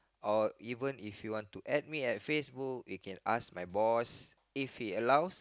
or even if you want to add me at Facebook you can ask my boss if he allows